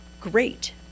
Great